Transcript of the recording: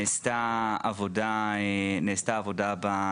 נעשתה עבודה במשרד,